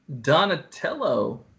Donatello